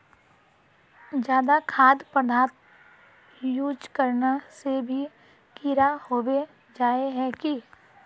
ज्यादा खाद पदार्थ यूज करना से भी कीड़ा होबे जाए है की?